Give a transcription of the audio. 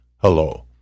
Hello